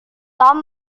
tom